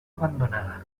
abandonada